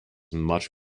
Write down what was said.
much